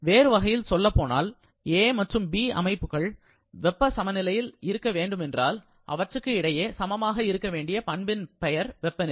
வேறு வகையில் சொல்லப்போனால் A மற்றும் B அமைப்புகள் வெப்ப சமநிலையில் இருக்க வேண்டுமென்றால் அவற்றுக்கு இடையே சமமாக இருக்கவேண்டிய பண்பின் பெயர் வெப்பநிலை